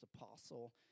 apostle